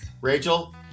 Rachel